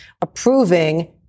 approving